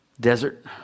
desert